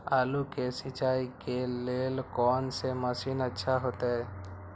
आलू के सिंचाई के लेल कोन से मशीन अच्छा होते?